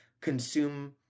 consume